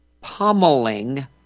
pummeling